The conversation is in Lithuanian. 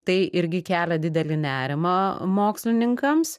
tai irgi kelia didelį nerimą mokslininkams